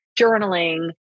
journaling